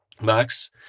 Max